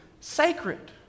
sacred